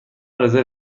رزرو